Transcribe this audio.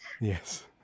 Yes